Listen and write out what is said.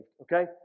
okay